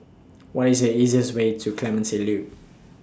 What IS The easiest Way to Clementi Loop